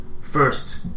first